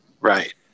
Right